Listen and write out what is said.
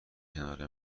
کنار